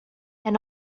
and